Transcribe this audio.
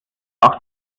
auch